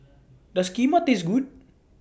Does Kheema Taste Good